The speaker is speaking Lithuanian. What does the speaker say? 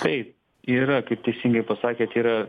tai yra kaip teisingai pasakėt yra